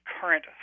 current